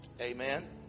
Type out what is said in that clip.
Amen